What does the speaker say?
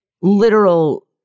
literal